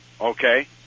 Okay